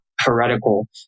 Heretical